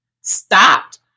stopped